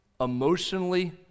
emotionally